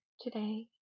today